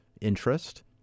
interest